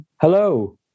Hello